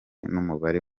n’umubare